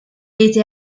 était